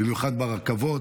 במיוחד ברכבות,